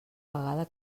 vegada